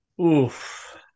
Oof